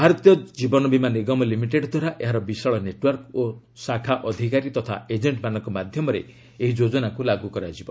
ଭାରତୀୟ କ୍ରୀବନବିମା ନିଗମ ଲିମିଟେଡ୍ ଦ୍ୱାରା ଏହାର ବିଶାଳ ନେଟ୍ୱାର୍କ ଓ ଶାଖା ଅଧିକାରୀ ତଥା ଏଜେଷ୍ଟମାନଙ୍କ ମାଧ୍ୟମରେ ଏହି ଯୋଜନାକୁ ଲାଗୁ କରାଯିବ